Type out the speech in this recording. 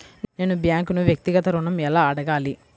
నేను బ్యాంక్ను వ్యక్తిగత ఋణం ఎలా అడగాలి?